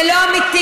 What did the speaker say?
זה לא אמיתי,